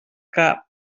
que